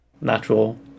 natural